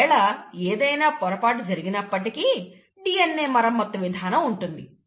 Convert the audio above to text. ఒకవేళ ఏదైనా పొరపాటు జరిగినప్పటికీ DNA మరమ్మతు విధానం ఉంటుంది